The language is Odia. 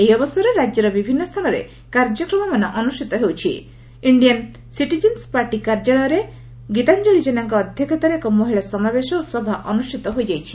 ଏହି ଅବସରରେ ରାକ୍ୟର ବିଭିନ୍ନ ସ୍ଚାନରେ କାର୍ଯ୍ୟକ୍ରମମାନ ଅନୁଷ୍ପିତ ହୋଇଛି ସେହିଭଳି କଟକ ଇଣ୍ଡିଆନ୍ ସିଟିଜେନ୍ ପାର୍ଟି କାର୍ଯ୍ୟାଳୟରେ ଗୀତାଞ୍ଞଳି ଜେନାଙ୍କ ଅଧ୍ଧକ୍ଷତାରେ ଏକ ମହିଳା ସମାବେଶ ଓ ସଭା ଅନୁଷ୍ପିତ ହୋଇଯାଇଛି